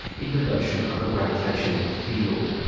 in the notion of a gravitational field.